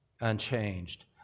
Unchanged